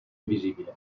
invisibile